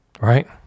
Right